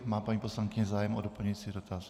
Má paní poslankyně zájem o doplňující dotaz?